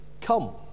come